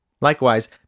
Likewise